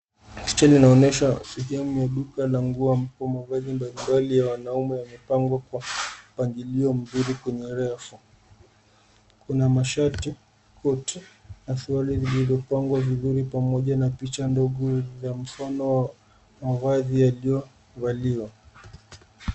Picha linaonesha sehemu la duka la nguo ambapo mavazi mbalimbali ya wanaume yamepangwa kwa mpangilio mzuri kwenye rafu. Kuna mashati, koti na suruali zilizopangwa vizuri pamoja na picha ndogo za mfano wa mavazi yaliyovaliwa.